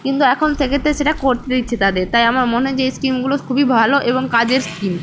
কিন্তু এখন সেক্ষেত্রে সেটা করতে দিচ্ছে তাদের তাই আমার মনে হয় যে এই স্কিমগুলো খুবই ভালো এবং কাজের স্কিম